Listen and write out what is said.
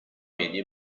media